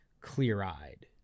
clear-eyed